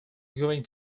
going